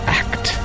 act